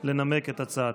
לנמק את הצעתה.